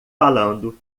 falando